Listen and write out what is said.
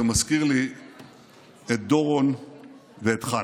זה מזכיר לי את דורון ואת חנה.